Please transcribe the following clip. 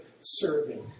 serving